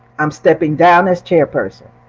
i'm stepping down as chairperson.